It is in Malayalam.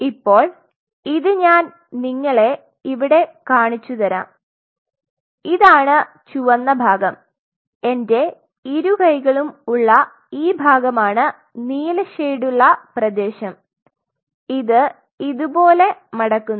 ഇപ്പോൾ ഇത് ഞാൻ നിങ്ങളെ ഇവിടെ കാണിച്ചുതരാം ഇതാണ് ചുവന്ന ഭാഗം എന്റെ ഇരു കൈകളും ഉള്ള ഈ ഭാഗമാണ് നീല ഷേഡുള്ള പ്രദേശം ഇത് ഇതുപോലെ മടക്കുന്നു